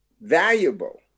valuable